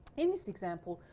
in this example,